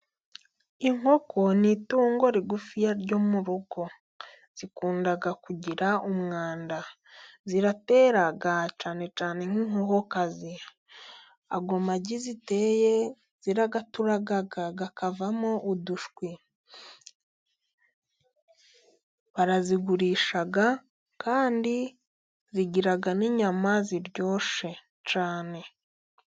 Inkoko ni itungo rigufiya ryo mu rugo. Zikunda kugira umwanda，ziratera cyane cyane，nk'inkoko kazi，ayo magi ziteye avamo imishwi，barazigurisha，kandi zigira n’inyama ziryoshye cyane.